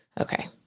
Okay